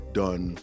done